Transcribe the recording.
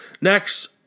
Next